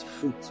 fruit